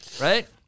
right